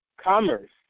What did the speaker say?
commerce